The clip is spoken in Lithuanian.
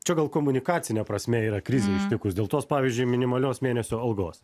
čia gal komunikacine prasme yra krizė ištikus dėl tos pavyzdžiui minimalios mėnesio algos